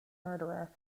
murderer